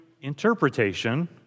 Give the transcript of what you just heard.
interpretation